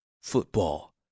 Football